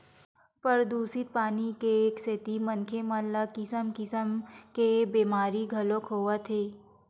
परदूसित पानी के सेती मनखे मन ल किसम किसम के बेमारी घलोक होवत हे